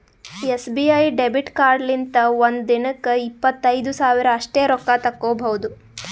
SBI debit ಕಾರ್ಡ್ಲಿಂತ ಒಂದ್ ದಿನಕ್ಕ ಇಪ್ಪತ್ತೈದು ಸಾವಿರ ಅಷ್ಟೇ ರೊಕ್ಕಾ ತಕ್ಕೊಭೌದು